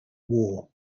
war